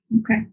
Okay